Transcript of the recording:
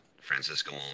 Francisco